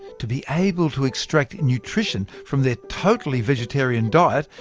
to be able to extract nutrition from their totally vegetarian diet,